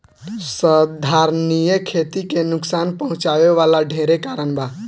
संधारनीय खेती के नुकसान पहुँचावे वाला ढेरे कारण बा